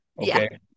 Okay